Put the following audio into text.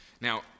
Now